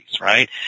right